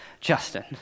Justin